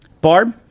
Barb